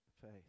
faith